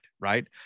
right